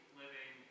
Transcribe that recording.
living